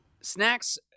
snacks